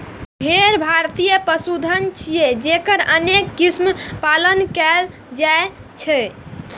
भेड़ भारतीय पशुधन छियै, जकर अनेक किस्मक पालन कैल जाइ छै